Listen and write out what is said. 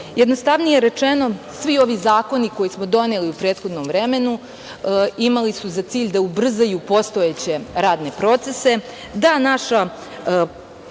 primene. Jednostavnije rečeno, svi ovi zakoni koje smo doneli u prethodnom vremenu imali su za cilj da ubrzaju postojeće radne procese, da naša